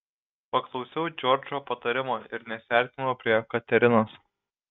paklausiau džordžo patarimo ir nesiartinau prie katerinos